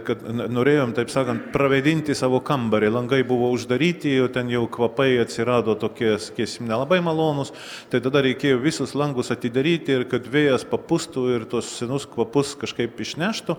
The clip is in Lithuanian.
kad no norėjom taip sakant pravėdinti savo kambarį langai buvo uždaryti ten jau kvapai atsirado tokie sakysim nelabai malonūs tai tada reikėjo visus langus atidaryti ir kad vėjas papūstų ir tuos senus kvapus kažkaip išneštų